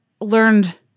learned